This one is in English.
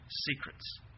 secrets